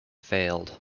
failed